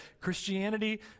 Christianity